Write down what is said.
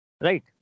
right